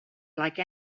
like